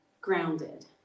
grounded